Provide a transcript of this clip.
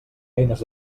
eines